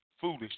foolish